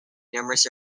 numerous